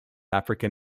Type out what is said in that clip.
african